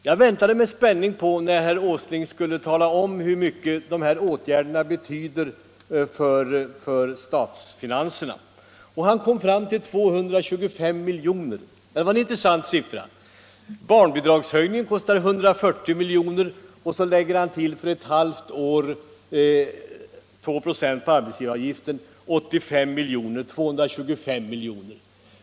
Jag väntade med spänning på att herr Åsling skulle tala om hur mycket de föreslagna åtgärderna betyder för statsfinanserna. Han kom fram till 225 miljoner. Det var en intressant siffra! Barnbidragshöjningen kostar 140 miljoner, och så lägger herr Åsling till 2 96 på arbetsgivaravgiften för ett halvår, 85 miljoner, och det blir 225 miljoner.